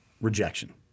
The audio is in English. rejection